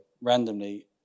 randomly